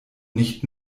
nicht